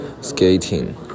skating